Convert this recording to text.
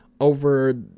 over